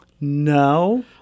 No